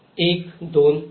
एक दोन तीन